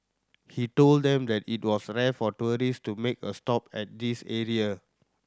he told them that it was rare for tourist to make a stop at this area